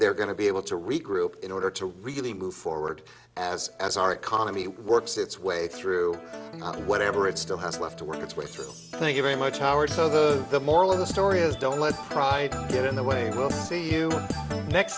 they're going to be able to regroup in order to really move forward as as our economy works its way through whatever it still has left to work its way through thank you very much howard so the moral of the story is don't let pride get in the way see you next